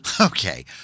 Okay